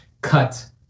cut